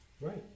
Right